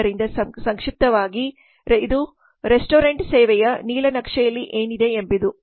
ಆದ್ದರಿಂದ ಸಂಕ್ಷಿಪ್ತವಾಗಿ ಇದು ರೆಸ್ಟೋರೆಂಟ್ 2259 ಸೇವೆಯ ನೀಲನಕ್ಷೆಯಲ್ಲಿ ಏನಿದೆ ಎಂಬುದು